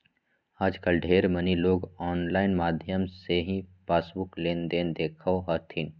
आजकल ढेर मनी लोग आनलाइन माध्यम से ही पासबुक लेनदेन देखो हथिन